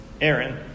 Aaron